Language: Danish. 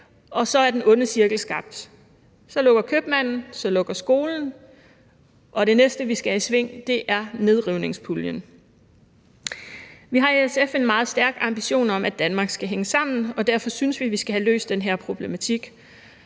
og så er den onde cirkel skabt. Så lukker købmanden, så lukker skolen, og det næste, vi skal have i sving, er nedrivningspuljen. Vi har i SF en meget stærk ambition om, at Danmark skal hænge sammen, og derfor synes vi, at vi skal have løst den her problematik.